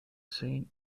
seen